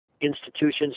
institutions